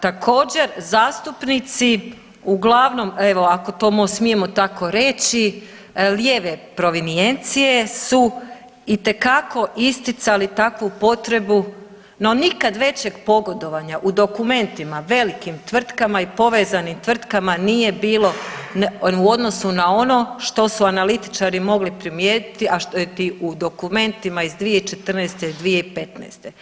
Također zastupnici uglavnom evo ako to smijemo tako reći lijeve provinijencije su itekako isticali takvu potrebu no nikad većeg pogodovanja u dokumentima velikim tvrtkama i povezanim tvrtkama nije bilo u odnosu na ono što su analitičari mogli primijetiti u dokumentima iz 2014., 2015.